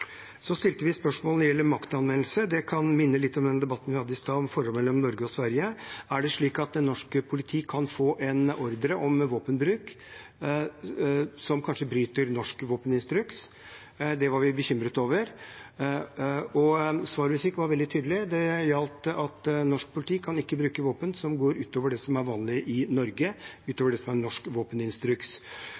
Så stilte vi spørsmål om maktanvendelse. Det kan minne litt om den debatten vi hadde i stad, om forholdet mellom Norge og Sverige: Er det slik at norsk politi kan få en ordre om våpenbruk som kanskje bryter med norsk våpeninstruks? Det var vi bekymret for. Svaret vi fikk, var veldig tydelig: Norsk politi kan ikke bruke våpen som går utover det som er vanlig i Norge, utover det som er norsk våpeninstruks.